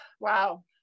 Wow